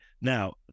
Now